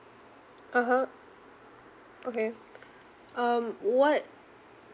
(uh huh) okay um what